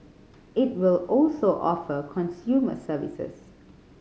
it will also offer consumer services